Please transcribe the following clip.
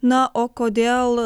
na o kodėl